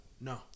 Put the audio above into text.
No